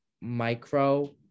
micro